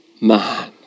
man